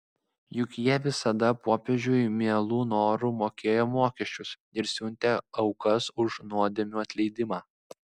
juk jie visada popiežiui mielu noru mokėjo mokesčius ir siuntė aukas už nuodėmių atleidimą